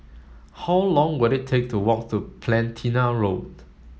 how long will it take to walk to Platina Road